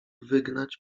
wygnać